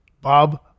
bob